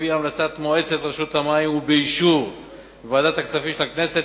לפי המלצת מועצת רשות המים ובאישור ועדת הכספים של הכנסת,